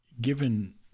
given